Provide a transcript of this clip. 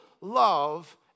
love